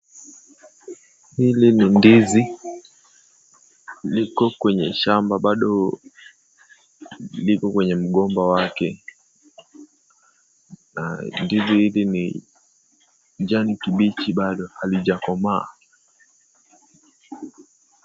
Hili ni ndizi, liko kwenye shamba bado liko kwenye mgomba wake na ndizi hili ni kijani kibichi bado. Halijakomaa.